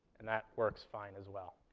and that works fine as well.